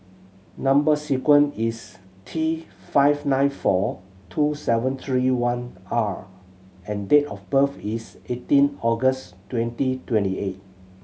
number sequence is T five nine four two seven three one R and date of birth is eighteen August twenty twenty eight